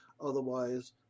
Otherwise